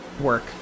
work